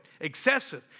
excessive